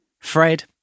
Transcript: Fred